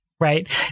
right